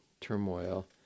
turmoil